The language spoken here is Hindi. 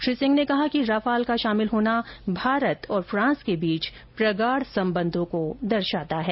श्री सिंह ने कहा कि रफाल का शामिल होना भारत और फ्रांस के बीच प्रगाढ़ संबंधों को दर्शाता है